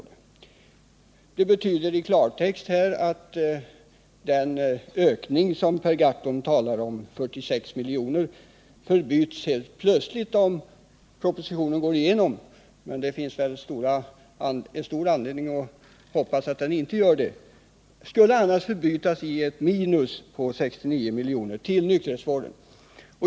Det betyder i klartext att den ökning som Per Gahrton talar om, nämligen 46 milj.kr., om utskottsmajoritetens förslag går igenom helt plötsligt förbyts i en minskning med 69 milj.kr. av anslagen till nykterhetsvården.